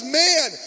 man